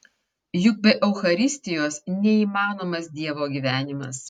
juk be eucharistijos neįmanomas dievo gyvenimas